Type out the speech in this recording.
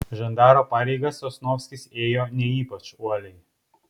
žandaro pareigas sosnovskis ėjo ne ypač uoliai